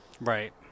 Right